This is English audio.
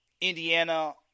Indiana